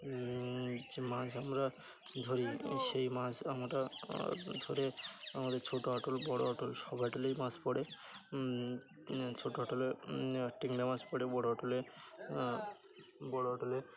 যে মাছ আমরা ধরি সেই মাছ আমরা ধরে আমাদের ছোটো আাটল বড়ো আটল সব হ্যাটলেই মাছ পে ছোটো হাটোলে টিংলা মাছ পড়ে বড়ো হাটোলে বড়ো হটোলে